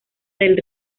del